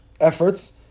efforts